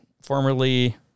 formerly